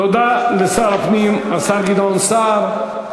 תודה לשר הפנים, השר גדעון סער.